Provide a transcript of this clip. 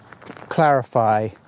clarify